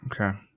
Okay